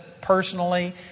personally